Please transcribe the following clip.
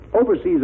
overseas